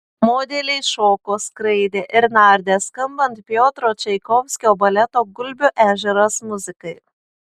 modeliai šoko skraidė ir nardė skambant piotro čaikovskio baleto gulbių ežeras muzikai